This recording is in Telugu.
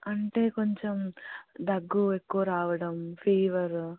అంటే కొంచం దగ్గు ఎక్కువ రావడం ఫీవరు